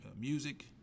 music